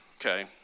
okay